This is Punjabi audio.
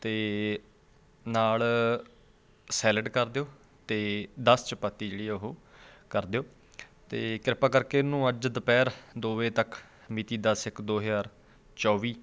ਅਤੇ ਨਾਲ ਸੈਲਡ ਕਰ ਦਿਓ ਅਤੇ ਦਸ ਚਪਾਤੀ ਜਿਹੜੀ ਆ ਉਹ ਕਰ ਦਿਓ ਅਤੇ ਕਿਰਪਾ ਕਰਕੇ ਇਹਨੂੰ ਅੱਜ ਦੁਪਹਿਰ ਦੋ ਵਜੇ ਤੱਕ ਮਿਤੀ ਦਸ ਇੱਕ ਦੋ ਹਜ਼ਾਰ ਚੌਬੀ